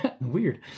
Weird